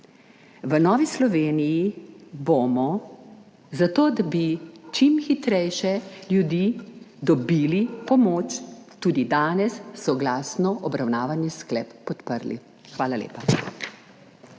V Novi Sloveniji bomo zato, da bi čim hitreje ljudje dobili pomoč, tudi danes soglasno obravnavani sklep podprli. Hvala lepa.